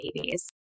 babies